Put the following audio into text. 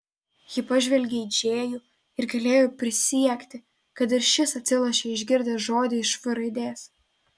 ji pažvelgė į džėjų ir galėjo prisiekti kad ir šis atsilošė išgirdęs žodį iš v raidės